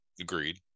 agreed